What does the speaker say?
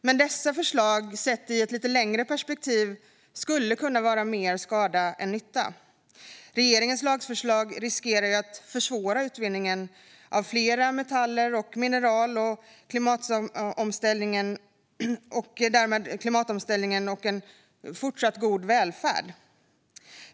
Men dessa förslag sett i ett lite längre perspektiv skulle kunna göra mer skada än nytta. Regeringens lagförslag riskerar att försvåra utvinningen av flera metaller och mineral och därmed försvåra klimatomställningen och en fortsatt god välfärd.